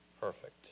Perfect